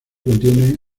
contiene